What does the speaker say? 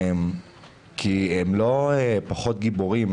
כי הם לא פחות גיבורים.